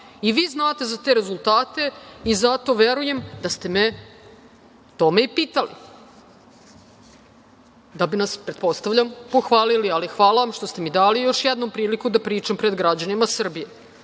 Vi znate za te rezultate i zato verujem da ste me to pitali, da bi nas, pretpostavljam, pohvalili. Ali, hvala vam što ste mi dali još jednom priliku da pričam pred građanima Srbije. Dakle,